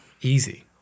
easy